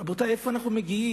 רבותי, לאן אנחנו מגיעים?